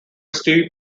steve